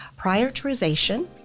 Prioritization